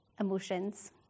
emotions